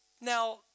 Now